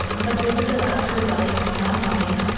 but this is about her life, not mine.